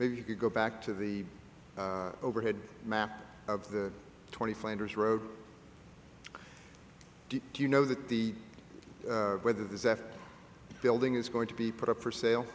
maybe you could go back to the overhead map of the twenty finders road do you know that the whether there's a building is going to be put up for sale